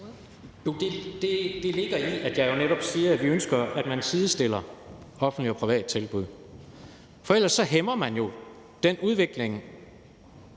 det ligger i, at jeg netop siger, at vi ønsker, at man sidestiller offentlige og private tilbud, for ellers hæmmer man jo konkurrencen,